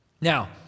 Now